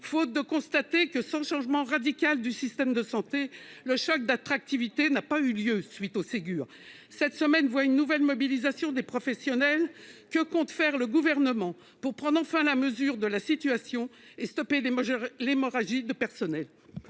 est de constater que, faute d'un changement radical du système de santé, le choc d'attractivité n'a pas eu lieu après le Ségur. Cette semaine, une nouvelle mobilisation des professionnels est prévue. Que compte faire le Gouvernement pour prendre enfin la mesure de la situation et stopper l'hémorragie de personnel ?